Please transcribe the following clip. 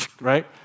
right